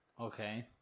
Okay